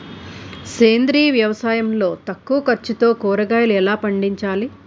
సేంద్రీయ వ్యవసాయం లో తక్కువ ఖర్చుతో కూరగాయలు ఎలా పండించాలి?